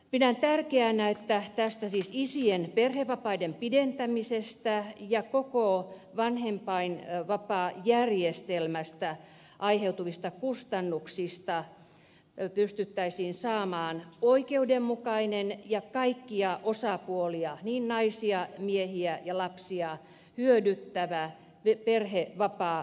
pidän tärkeänä että isien perhevapaiden pidentämisestä ja koko vanhempainvapaajärjestelmästä aiheutuvista kustannuksista pystyttäisiin saamaan oikeudenmukainen ja kaikkia osapuolia niin naisia miehiä kuin lapsia hyödyttävä perhevapaajärjestelmä